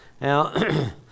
Now